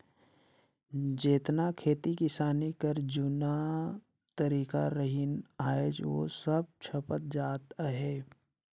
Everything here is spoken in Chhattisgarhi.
जेतना खेती किसानी कर जूना तरीका रहिन आएज ओ सब छपत जात अहे